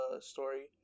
story